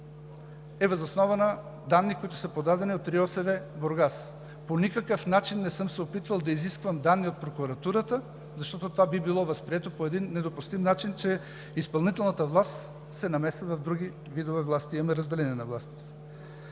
е въз основа на данни, които са подадени от РИОСВ – Бургас. По никакъв начин не съм се опитвал да изисквам данни от прокуратурата, защото това би било възприето по един недопустим начин, че изпълнителната власт се намесва в други видове власти – имаме разделение на властите.